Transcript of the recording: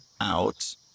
out